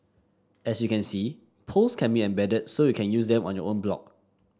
as you can see polls can be embedded so you can use them on your own blog